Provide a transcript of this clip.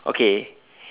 okay